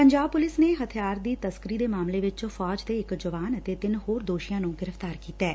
Punjab police ਨੇ ਹਥਿਆਰ ਦੀ ਤਸੱਕਰੀ ਦੇ ਮਾਮਲੇ ਵਿਚ ਫੌਜ ਦੇ ਇਕ ਜਵਾਨ ਅਤੇ ਤਿੰਨ ਹੋਰ ਦੋਸ਼ੀਆਂ ਨੂੰ ਗ੍ਰਿਫ਼ਡਾਰ ਕੀਤੈ